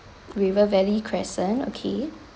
river valley crescent okay